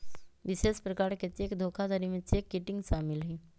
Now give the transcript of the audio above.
विशेष प्रकार के चेक धोखाधड़ी में चेक किटिंग शामिल हइ